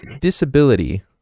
disability